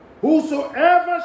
whosoever